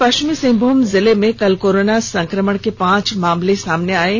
पश्चिमी सिंहभूम जिले में कल कोरोना संक्रमण के पांच मामले सामने आए हैं